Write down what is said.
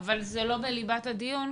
אבל זה לא בליבת הדיון.